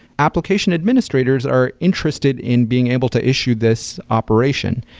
application administrators are interested in being able to issue this operation.